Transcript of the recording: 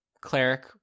cleric